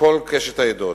מכל קשת הדעות,